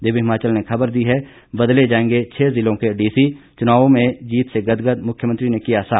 दिव्य हिमाचल ने खबर दी है बदले जाएंगे छह जिलों के डीसी चुनावों में जीत से गदगद मुख्यमंत्री ने किया साफ